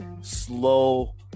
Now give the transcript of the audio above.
slow